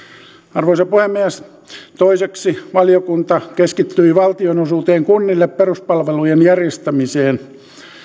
arvoisa puhemies toiseksi valiokunta keskittyi valtionosuuteen kunnille peruspalveluiden järjestämiseen